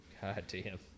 Goddamn